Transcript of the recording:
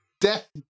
Death